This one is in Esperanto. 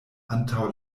antaŭ